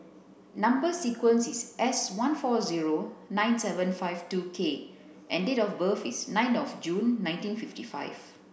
number sequence is S one four zero nine seven five two K and date of birth is nine of June nineteen fifty five